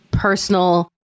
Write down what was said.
personal